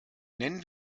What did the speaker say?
nennen